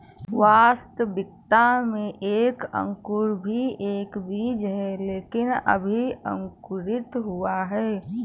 वास्तविकता में एक अंकुर भी एक बीज है लेकिन अभी अंकुरित हुआ है